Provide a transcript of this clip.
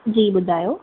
जी ॿुधायो